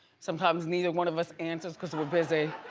sometimes neither one of us answers cause we're busy.